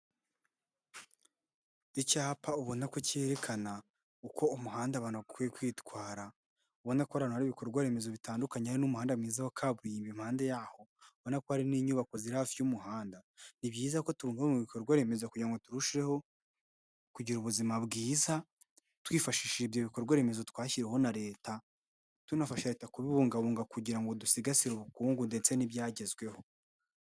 Icyapa ubona ko cyerekana uko umuhanda abantu ukwiye kwitwara, ubona ko ari ahantu hari ibikorwa remezo bitandukanye hari n'umuhanda mwiza wa kaburimbo imipande yaho, ubona ko hari n'inyubako ziri hafi y'umuhanda. Ni byiza ko tubungabunga ibyo bikorwa remezo kugirango ngo turusheho kugira ubuzima bwiza twifashishije ibyo bikorwa remezo twashyiriweho na leta, tunafasha leta kubibungabunga kugira ngo dusigasire ubukungu ndetse n'ibyagezweho.